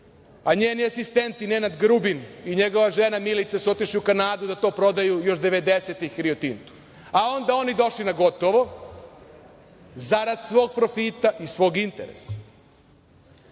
a njeni asistenti Nenad Grubin i njegova žena Milica su otišli u Kanadu da to prodaju još 90-ih Rio Tintu. A onda oni došli na gotovo, zarad svog profita i svog interesa. Kažete